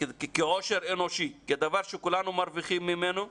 כעושר אנושי, כדבר שכולנו מרוויחים ממנו,